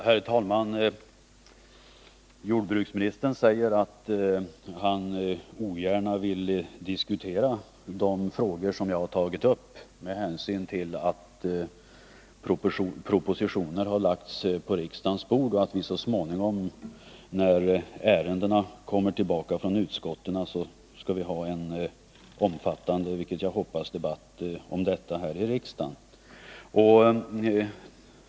Herr talman! Jordbruksministern säger att han ogärna vill diskutera de frågor som jag har tagit upp, med hänsyn till att propositioner har lagts på riksdagens bord och att vi så småningom, när ärendena kommer tillbaka från utskotten, skall ha en omfattande debatt — och det hoppas jag — om detta här i riksdagen.